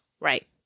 Right